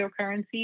cryptocurrency